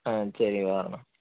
ஆ சரி வாரேன் அண்ணா